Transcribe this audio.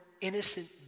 innocent